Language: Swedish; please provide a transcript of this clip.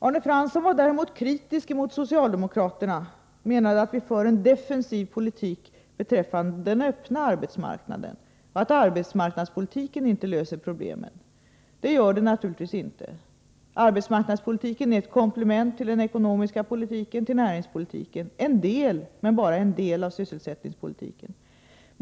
Arne Fransson var däremot kritisk mot socialdemokraterna och menade att partiet för en defensiv politik beträffande den öppna arbetsmarknaden och att arbetsmarknadspolitiken inte löser problemen. Det gör den naturligtvis inte. Arbetsmarknadspolitiken är ett komplement till den ekonomiska politiken, till näringspolitiken och till en del, men bara en del, av sysselsättningspolitiken.